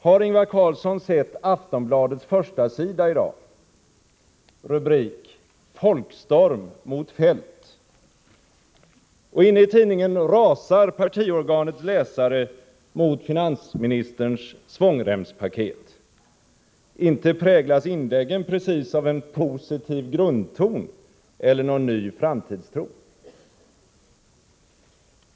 Har Ingvar Carlsson sett rubriken på Aftonbladets första sida i dag: Folkstorm mot Feldt. Och inne i tidningen rasar partiorganets läsare mot finansministerns svångremspaket. Inte präglas inläggen precis av en positiv grundsyn eller en ny framtidstro!